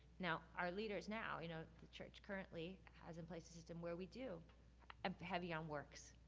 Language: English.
now, our leaders now, you know the church currently has in place a system where we do um heavy on works.